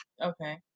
Okay